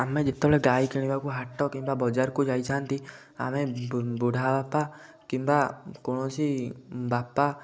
ଆମେ ଯେତେବେଳେ ଗାଈ କିଣିବାକୁ ହାଟ କିମ୍ବା ବଜାରକୁ ଯାଇଥାନ୍ତି ଆମେ ବୁଢ଼ା ବାପା କିମ୍ବା କୌଣସି ବାପା